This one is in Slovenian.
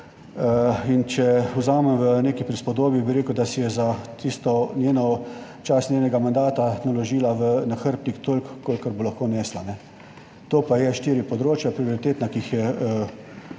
In če vzamem v neki prispodobi, bi rekel, da si je za tisto njeno, čas njenega mandata naložila v nahrbtnik toliko kolikor bo lahko nesla. To pa so štiri področja, prioritetna, ki jih je